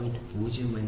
0 അല്ലെങ്കിൽ 0